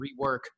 rework